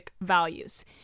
values